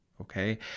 Okay